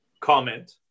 comment